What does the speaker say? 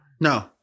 No